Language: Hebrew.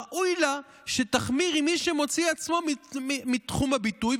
ראוי לה שתחמיר עם מי שמוציא עצמו מתחום הביטוי,